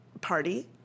party